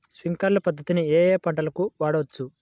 Sprinkler పద్ధతిని ఏ ఏ పంటలకు వాడవచ్చు?